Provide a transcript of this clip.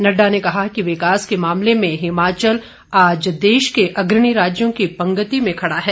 नड्डा ने कहा कि विकास के मामले में हिमाचल आज देश के अग्रणी राज्यों की पंक्ति में खड़ा है